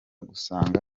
gusanga